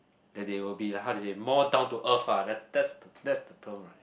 that they will be like how to say more down to earth ah that that's the term right